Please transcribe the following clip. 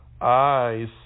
eyes